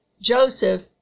Joseph